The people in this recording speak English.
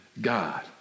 God